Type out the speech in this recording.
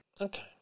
Okay